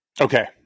okay